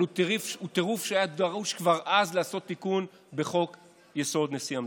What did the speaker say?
אבל כבר אז היה דרוש לעשות תיקון בחוק-יסוד: נשיא המדינה.